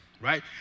right